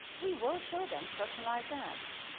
we will show them personalized ads.